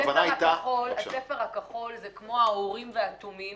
הספר הכחול זה כמו האורים והתומים